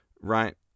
Right